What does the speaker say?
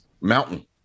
mountain